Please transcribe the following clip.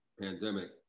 pandemic